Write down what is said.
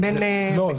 לא.